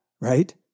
right